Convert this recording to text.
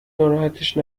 ناراحتش